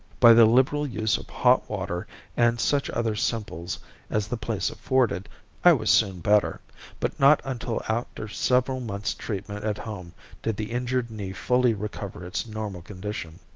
by the liberal use of hot water and such other simples as the place afforded i was soon better but not until after several months' treatment at home did the injured knee fully recover its normal condition.